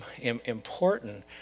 important